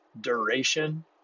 duration